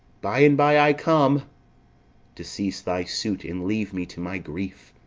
by-and-by i come to cease thy suit and leave me to my grief.